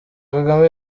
kagame